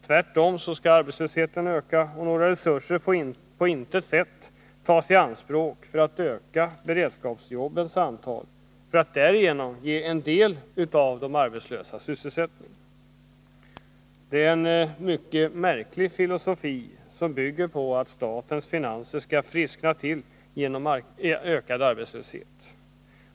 Tvärtom skall arbetslösheten öka, och några resurser får på intet sätt tas i anspråk för att öka beredskapsjobbens antal för att därigenom ge en del av de arbetslösa sysselsättning. Det är en mycket märklig filosofi, som bygger på att statens finanser skall friskna till genom ökad arbetslöshet.